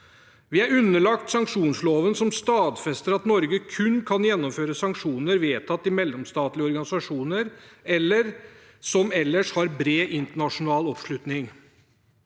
Vi er underlagt sanksjonsloven, som stadfester at Norge kun kan gjennomføre sanksjoner som er vedtatt i mellomstatlige organisasjoner, eller som ellers har bred internasjonal oppslutning.